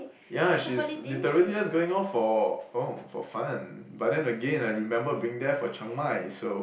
ya she's literally just going off for oh for fun but then again I remember being there for Chiang-Mai so